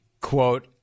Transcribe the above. Quote